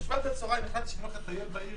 בשבת בצוהריים החלטתי שאני הולך לטייל בעיר,